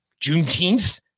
Juneteenth